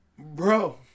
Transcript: Bro